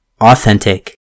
authentic